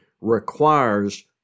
requires